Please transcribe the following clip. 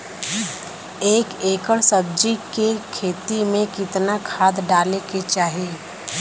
एक एकड़ सब्जी के खेती में कितना खाद डाले के चाही?